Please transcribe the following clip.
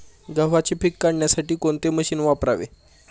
गव्हाचे पीक काढण्यासाठी कोणते मशीन वापरावे?